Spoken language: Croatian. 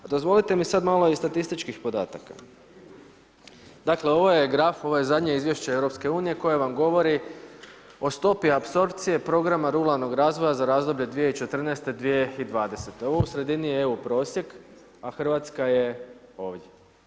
A dozvolite mi sad malo i statističkih podataka, dakle ovo je graf ovo je zadnje izvješće EU koje vam govori o stopi apsorpcije programa ruralnog razvoja za razdoblje 2014. – 2020. ovo u sredini je EU prosjek, a Hrvatska je ovdje.